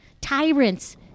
tyrants